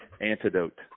antidote